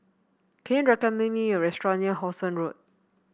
can you recommend me a restaurant near How Sun Road